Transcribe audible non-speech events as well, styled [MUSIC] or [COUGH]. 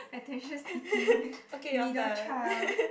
attention seeking [LAUGHS] middle child